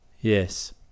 Yes